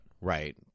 Right